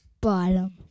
bottom